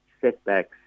setbacks